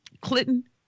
Clinton